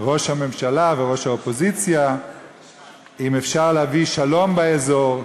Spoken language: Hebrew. ראש הממשלה וראש האופוזיציה אם אפשר להביא שלום באזור,